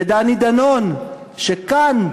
ודני דנון שכאן,